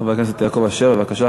חבר הכנסת יעקב אשר, בבקשה.